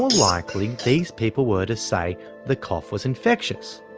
likely these people were to say the cough was infectious,